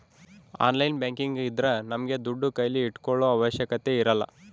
online banking ಇದ್ರ ನಮ್ಗೆ ದುಡ್ಡು ಕೈಲಿ ಇಟ್ಕೊಳೋ ಅವಶ್ಯಕತೆ ಇರಲ್ಲ